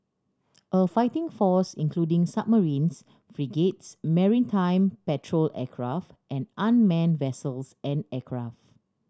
a fighting force including submarines frigates maritime patrol aircraft and unmanned vessels and aircraft